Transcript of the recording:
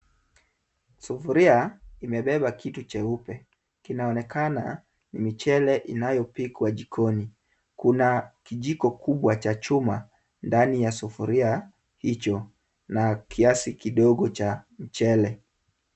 Sufuria, imebeba kitu cheupe, kinaonekana ni mchele unaopikwa jikoni. Kuna kijiko kubwa cha chuma ndani ya sufuria hicho na kiasi kidogo cha mchele.